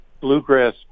bluegrass